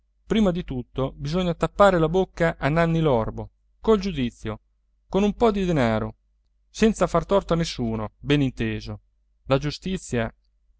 prima di tutto bisogna tappare la bocca a nanni l'orbo col giudizio con un po di denaro senza far torto a nessuno ben inteso la giustizia